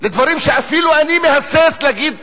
לדברים שאפילו אני מהסס להגיד,